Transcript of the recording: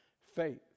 faith